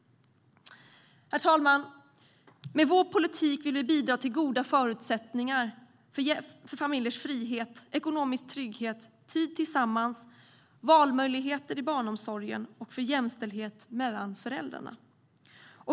Herr talman! Med vår politik vill vi bidra till goda förutsättningar för familjernas frihet, ekonomisk trygghet, tid tillsammans, valmöjligheter i barnomsorgen och jämställdhet mellan föräldrarna.